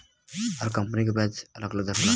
हर company के बियाज दर अलग अलग होला